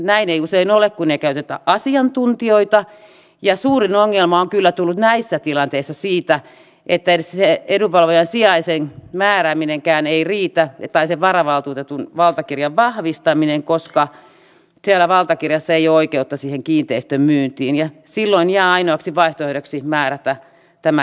näin ei usein ole kun ei käytetä asiantuntijoita ja suurin ongelma on kyllä tullut näissä tilanteissa siitä että edes se edunvalvojan sijaisen määrääminenkään ei riitä tai sen varavaltuutetun valtakirjan vahvistaminen koska siellä valtakirjassa ei ole oikeutta siihen kiinteistön myyntiin ja silloin jää ainoaksi vaihtoehdoksi määrätä tämä edunvalvoja